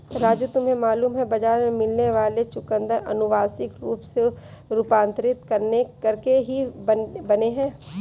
राजू तुम्हें मालूम है बाजार में मिलने वाले चुकंदर अनुवांशिक रूप से रूपांतरित करके ही बने हैं